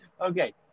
Okay